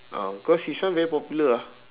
ah cause his one very popular ah